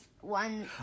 one